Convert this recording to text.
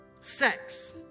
Sex